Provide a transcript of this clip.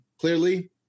Clearly